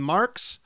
Marks